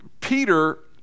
Peter